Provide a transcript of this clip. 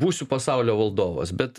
būsiu pasaulio valdovas bet